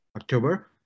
October